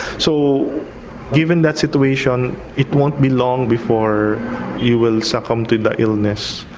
so given that situation it won't be long before you will succumb to the illness.